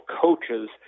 coaches